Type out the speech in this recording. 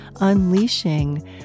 unleashing